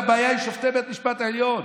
הבעיה היא שופטי בית המשפט העליון.